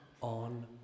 on